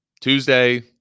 Tuesday